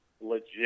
Legit